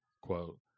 quote